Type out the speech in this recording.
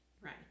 right